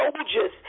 soldiers